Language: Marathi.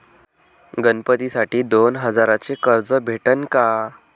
गणपतीसाठी दोन हजाराचे कर्ज भेटन का?